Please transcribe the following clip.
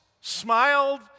smiled